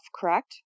correct